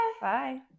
Bye